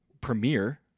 premiere